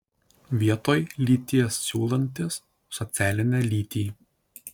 vietoj lyties siūlantis socialinę lytį